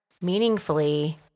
meaningfully